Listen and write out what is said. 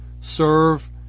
serve